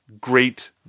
Great